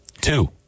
Two